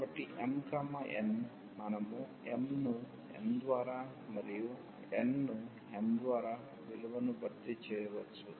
కాబట్టి m n మనము m ను n ద్వారా మరియు n ను m ద్వారా విలువను భర్తీ చేయవచ్చు